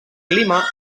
clima